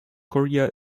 korea